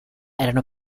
erano